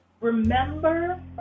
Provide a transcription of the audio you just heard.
remember